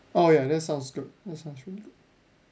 oh ya that sounds that sound really good